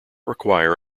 require